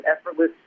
effortless